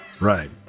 right